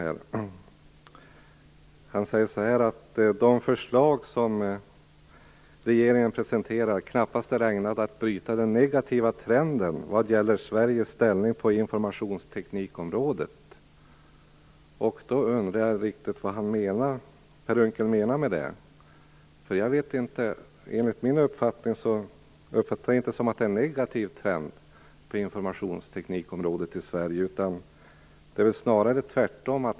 Per Unckel säger att de förslag som regeringen presenterat är knappast ägnade att bryta den negativa trenden vad gäller Sveriges ställning på informationsteknikområdet. Jag undrar vad Per Unckel menar med det. Jag uppfattar inte att det är en negativ trend på informationsteknikområdet i Sverige. Snarare är det nog tvärtom.